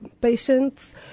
patients